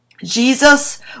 Jesus